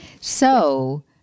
So-